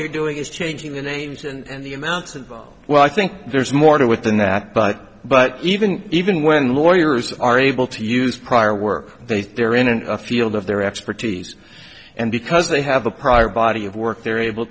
you're doing is changing the names and the amounts of oh well i think there's more to it than that but but even even when lawyers are able to use prior work they say they're in a field of their expertise and because they have a prior body of work they're able